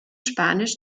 spanisch